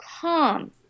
calm